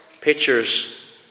Pictures